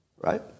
right